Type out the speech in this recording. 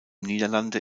niederlande